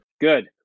Good